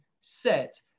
set